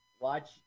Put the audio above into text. watch